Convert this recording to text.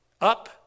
up